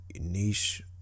niche